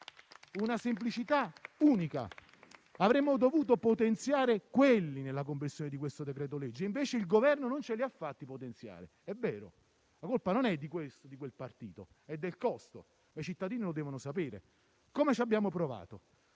una semplicità unica. Avremmo dovuto potenziare quegli strumenti nella conversione di questo decreto-legge e invece il Governo non ce li ha fatti potenziare. È vero, la colpa non è di questo o di quel partito: è del costo, ma i cittadini lo devono sapere. Come ci abbiamo provato?